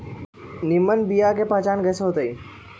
निमन बीया के पहचान कईसे होतई?